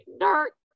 dark